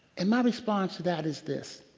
and my response to that is this,